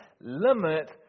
limit